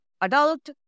adult